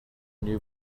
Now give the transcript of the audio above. new